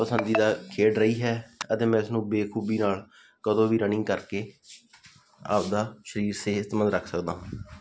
ਪਸੰਦੀਦਾ ਖੇਡ ਰਹੀ ਹੈ ਅਤੇ ਮੈਂ ਇਸ ਨੂੰ ਬਖੂਬੀ ਨਾਲ ਕਦੋਂ ਵੀ ਰਨਿੰਗ ਕਰਕੇ ਆਪਦਾ ਸਰੀਰ ਸਿਹਤਮੰਦ ਰੱਖ ਸਕਦਾ ਹਾਂ